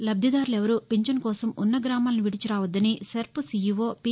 లబ్దిదారులు ఎవరూ పింఛను కోసం ఉన్న గ్రామాలను విడిచి రాహొద్దని సెర్ప్ సీఈవో పి